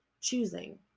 choosing